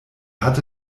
hatte